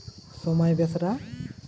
ᱥᱚᱢᱟᱭ ᱵᱮᱥᱨᱟ